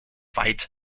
veit